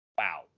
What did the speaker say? Wow